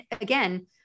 again